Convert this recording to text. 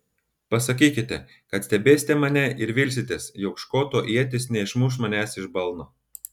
pasakykite kad stebėsite mane ir vilsitės jog škoto ietis neišmuš manęs iš balno